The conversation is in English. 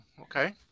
okay